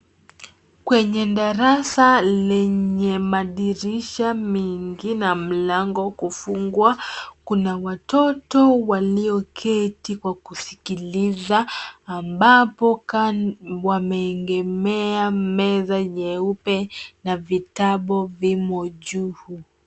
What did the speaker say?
Kwenye darasa lenye madirisha mingi na mlango kufungwa. Kuna watoto walioketi kwa kusikiliza, ambapo wameegemea meza nyeupe na vitabu vimo juu.